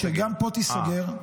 -- שגם פה תיסגר.